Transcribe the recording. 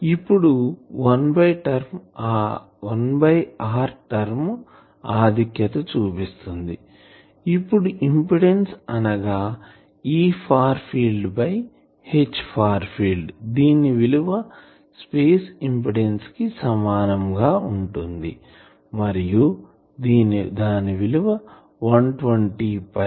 ఇప్పుడు 1r term ఆధిక్యత చూపిస్తుంది అప్పుడు ఇంపిడెన్సు అనగా E far field by H far field దీని విలువ స్పేస్ ఇంపిడెన్సు కి సమానం గా ఉంటుంది మరియు దాని విలువ 120